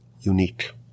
unique